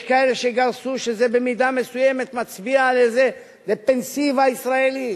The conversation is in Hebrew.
יש כאלה שגרסו שזה במידה מסוימת מצביע על איזה דפנסיבה ישראלית,